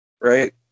Right